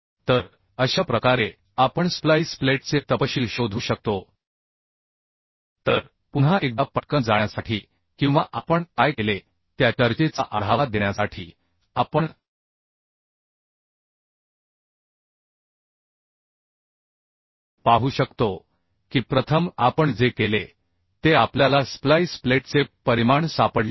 तर अशा प्रकारे आपण स्प्लाईस प्लेटचे तपशील शोधू शकतो तर पुन्हा एकदा पटकन जाण्यासाठी किंवा आपण काय केले त्या चर्चेचा आढावा देण्यासाठी आपण पाहू शकतो की प्रथम आपण जे केले ते आपल्याला स्प्लाईस प्लेटचे परिमाण सापडले आहे